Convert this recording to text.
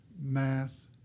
math